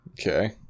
Okay